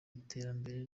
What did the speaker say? iterambere